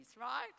right